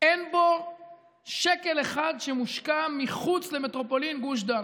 אין בו שקל אחד שמושקע מחוץ למטרופולין גוש דן.